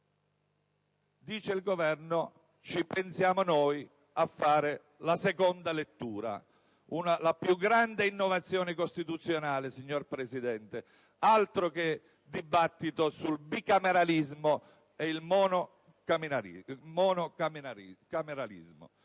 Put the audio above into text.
Dice il Governo: ci pensiamo noi a fare la seconda lettura. Questa è la più grande innovazione costituzionale, signor Presidente, altro che dibattito su bicameralismo e monocameralismo!